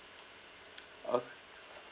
okay